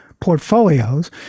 portfolios